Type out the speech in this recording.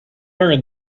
learned